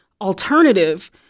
alternative